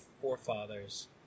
Forefather's